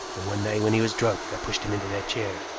but one night when he was drunk, i pushed him into that chair.